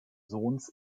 sohns